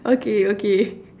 okay okay